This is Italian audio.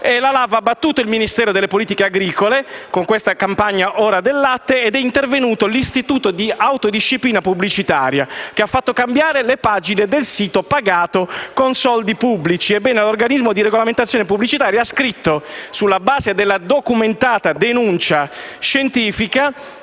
pubblicitaria del Ministero delle politiche agricole "Ora del latte". È infatti intervenuto l'Istituto di autodisciplina pubblicitaria ed ha fatto cambiare le pagine del sito pagato con soldi pubblici. Inoltre, l'organismo di regolamentazione pubblicitaria ha scritto, sulla base della documentata denuncia scientifica,